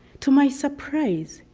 to my surprise,